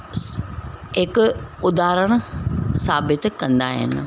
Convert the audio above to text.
हिकु उदाहरण साबित कंदा आहिनि